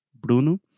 Bruno